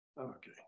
Okay